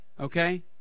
Okay